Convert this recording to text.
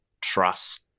trust